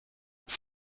less